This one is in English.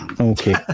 okay